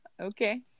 Okay